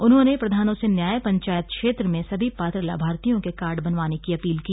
उन्होंने प्रधानों से न्याय पंचायत क्षेत्र में सभी पात्र लाभार्थियों के कार्ड बनवाने की अपील की